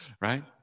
right